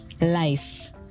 life